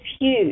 huge